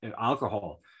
alcohol